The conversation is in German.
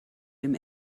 dem